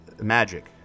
magic